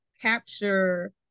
capture